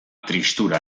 tristura